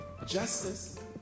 Justice